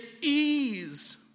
ease